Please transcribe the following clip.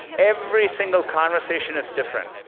every single conversation is different.